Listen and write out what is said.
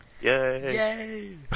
Yay